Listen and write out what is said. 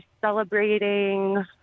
celebrating